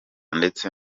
ndetse